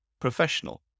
professional